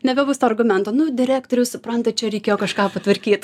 nebebus to argumento nu direktoriau suprantat čia reikėjo kažką patvarkyt